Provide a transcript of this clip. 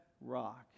rock